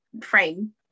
frame